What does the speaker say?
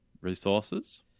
resources